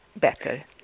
better